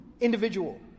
individual